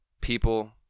People